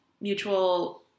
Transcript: Mutual